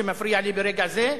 שמפריע לי ברגע זה,